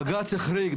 בג"ץ החריג.